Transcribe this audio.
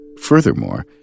Furthermore